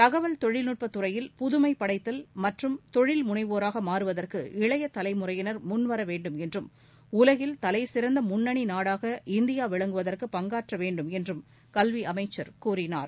தகவல்தொழில்நுட்பத் துறையில் புதுமை படைத்தல் மற்றும் தொழில் முனைவோராக மாறுவதற்கு இளைய தலைமுறையினர் முன் வரவேண்டும் என்றும் உலகில் தலைசிறந்த நாடாக இந்தியா விளங்குவதற்கு பங்காற்ற வேண்டும் என்று கல்வி அமைச்சர் கூறினார்